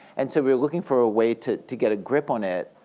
and so we were looking for a way to to get a grip on it,